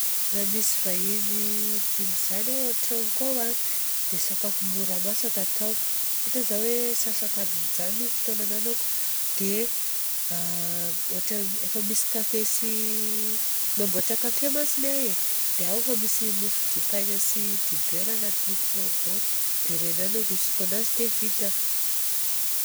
Raha misy vahiny dimy izany ao atragnoko ao a dia sakafo mora masaka ataoko. Ohatra izao hoe asasakadiny izany fotoana ananako dia efa misy café sy mamboatra café mantsy iaho e. Dia ao efa mofo dipaigna sy dibera agnatin'ny frego. Dia iregny ihany arosoko anazy dia vita.